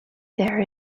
there